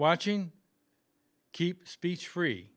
watching keep speech free